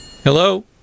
Hello